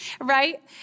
right